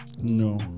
No